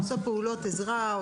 עושה פעולות עזרה,